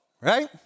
Right